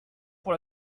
pour